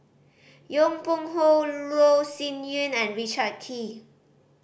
Yong Pung How Loh Sin Yun and Richard Kee